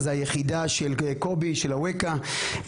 היחידה של קובי אווקה,